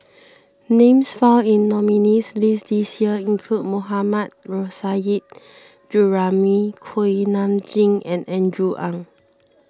names found in nominees' list this year include Mohammad Nurrasyid Juraimi Kuak Nam Jin and Andrew Ang